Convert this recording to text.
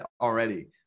already